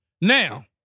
Now